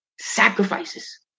sacrifices